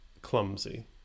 clumsy